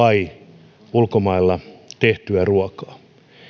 vai ulkomailla tehtyä ruokaa